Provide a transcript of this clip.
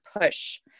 push